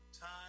time